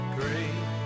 great